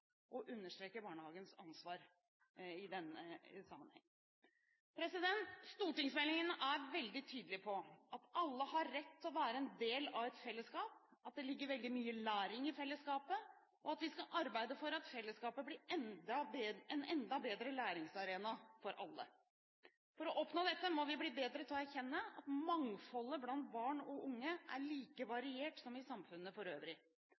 å understreke barnehagens ansvar i denne sammenheng. Stortingsmeldingen er veldig tydelig på at alle har rett til å være en del av et fellesskap, at det ligger veldig mye læring i fellesskapet, og at vi skal arbeide for at fellesskapet blir en enda bedre læringsarena for alle. For å oppnå dette må vi bli bedre til å erkjenne at mangfoldet blant barn og unge er like variert som i samfunnet for øvrig.